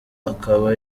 akaba